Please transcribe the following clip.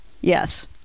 Yes